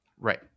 Right